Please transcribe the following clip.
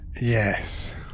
Yes